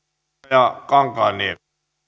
herra puhemies